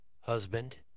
husband